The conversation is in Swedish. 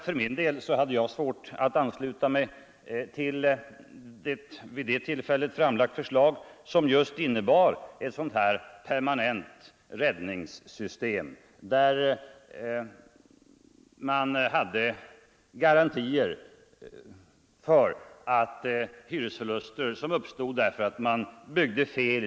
För min del hade jag svårt att ansluta mig till ett då framlagt förslag, 123 som just innebar ett sådant här permanent räddningssystem med garantier för att man alltid skulle komma att klara hyresförluster som uppstod därför att man byggde fel.